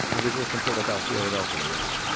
originally from philadelphia? philadelphia, yes.